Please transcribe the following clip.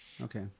Okay